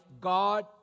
God